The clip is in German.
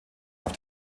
auf